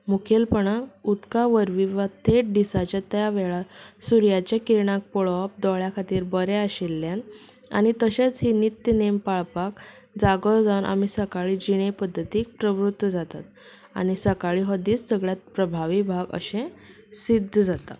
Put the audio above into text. मुखेलपणान उदका वरवीं वा थेट दिसाचें त्या वेळार सुर्याच्या किरणाक पळोवप दोळ्यां खातीर बरें आशिल्ल्यान आनी तशेंच ही नित्य नेम पाळपाक जागो जावन आमी सकाळी जिणे पद्दतीक प्रवृत जातात आनी सकाळी हो दीस सगळ्यांत प्रभावीभाव अशें सिद्ध जाता